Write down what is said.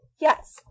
Yes